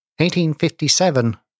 1857